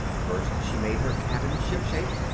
first she made her cabin shipshape.